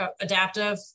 adaptive